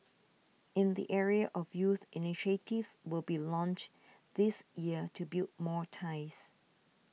in the area of youth initiatives will be launched this year to build more ties